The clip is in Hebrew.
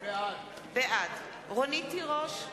בעד רונית תירוש,